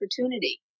opportunity